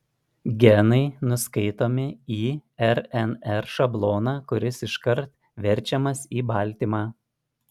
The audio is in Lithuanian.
genai nuskaitomi į rnr šabloną kuris iškart verčiamas į baltymą